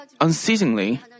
unceasingly